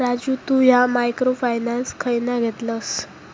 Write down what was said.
राजू तु ह्या micro finance खयना घेतलस?